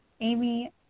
Amy